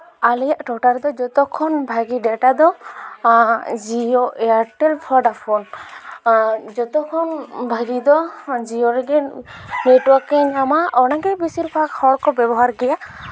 ᱟᱞᱮᱭᱟᱜ ᱴᱚᱴᱷᱟ ᱨᱮᱫᱚ ᱡᱚᱛᱚ ᱠᱷᱚᱱ ᱵᱷᱟᱹᱜᱤ ᱰᱟᱴᱟ ᱫᱚ ᱡᱤᱭᱚ ᱮᱭᱟᱨᱴᱮᱞ ᱵᱷᱳᱰᱟᱯᱷᱳᱱ ᱡᱚᱛᱚ ᱠᱷᱚᱱ ᱵᱷᱟᱹᱜᱤ ᱫᱚ ᱡᱤᱭᱚ ᱨᱮᱜᱮ ᱱᱮᱴᱼᱳᱣᱟᱨᱠᱮ ᱧᱟᱢᱟ ᱚᱱᱟᱜᱮ ᱵᱮᱥᱤᱨ ᱵᱷᱟᱜᱽ ᱦᱚᱲᱠᱚ ᱵᱮᱵᱚᱦᱟᱨ ᱜᱮᱭᱟ